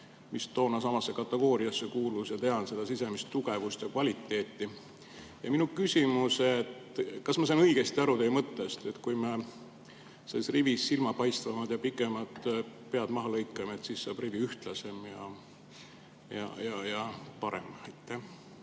mis toona samasse kategooriasse kuulus, ja tean seda sisemist tugevust ja kvaliteeti. Minu küsimus: kas ma sain õigesti aru teie mõttest, et kui me selles rivis silmapaistvamad ja pikemad pead maha lõikame, siis saab rivi ühtlasem ja parem? Aitäh,